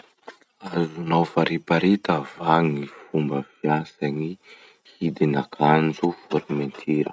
Azonao fariparita va gny fomba fiasan'ny hidin'akanjo fermeture?